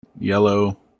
yellow